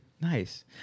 Nice